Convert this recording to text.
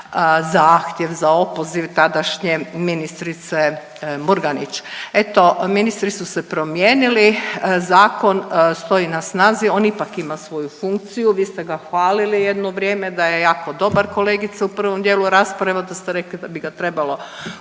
zahtjev za opoziv tadašnje ministrice Murganić. Eto ministri su se promijenili, zakon stoji na snazi, on ipak ima svoju funkciju, vi ste ga hvalili jedno vrijeme da je jako dobar kolegice u prvom dijelu rasprave, onda ste rekli da bi ga trebalo